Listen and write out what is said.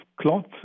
cloth